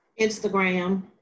Instagram